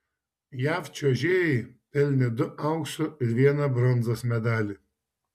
jav čiuožėjai pelnė du aukso ir vieną bronzos medalį